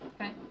Okay